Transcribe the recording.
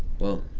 well,